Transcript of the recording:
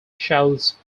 shouts